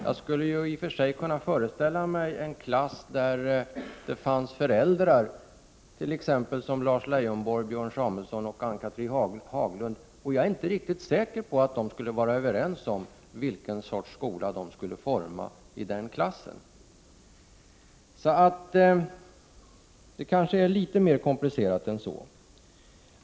Jag skulle i och för sig kunna föreställa mig en klass där det fanns föräldrar, t.ex. Lars Leijonborg, Björn Samuelson och Ann-Cathrine Haglund, och jag är inte riktigt säker på att de skulle vara överens om vilken sorts skola de skulle forma i den klassen. Det hela är kanske litet mer komplicerat än så.